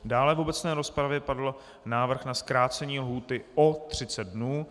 Dále v obecné rozpravě padl návrh na zkrácení lhůty o 30 dnů.